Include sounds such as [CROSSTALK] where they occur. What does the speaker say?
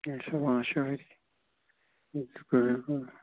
کیٚنٛہہ چھُنہٕ پانٛژھ شےٚ ؤری [UNINTELLIGIBLE]